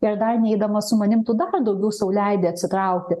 ir dar neidamas su manim tu dar daugiau sau leidi atsitraukti